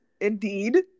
indeed